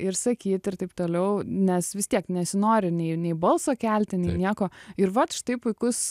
ir sakyt ir taip toliau nes vis tiek nesinori nei nei balso kelti nei nieko ir vat štai puikus